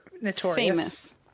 notorious